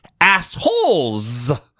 assholes